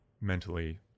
mentally